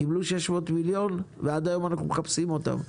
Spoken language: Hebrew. הם קיבלו 600 מיליון ועד היום אנחנו מחפשים אותם.